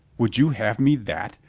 would you have me that?